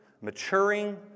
maturing